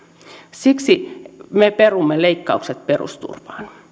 siksi me perumme leikkaukset perusturvaan